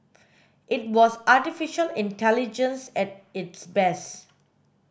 it was artificial intelligence at its best